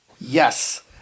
Yes